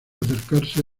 acercarse